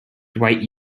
dwight